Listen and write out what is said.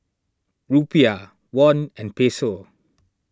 Rupiah Won and Peso